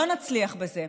לא נצליח בזה.